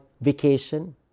vacation